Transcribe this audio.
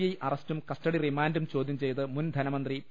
I അറസ്റ്റും custody റിമാന്റും ചോദ്യം ചെയ്ത് മുൻധനമന്ത്രി പി